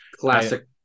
classic